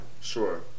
Sure